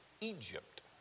Egypt